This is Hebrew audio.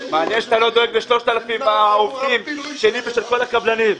לכל אחד מהמועדים לפי כל הדגמים שמדובר